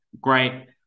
great